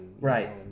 Right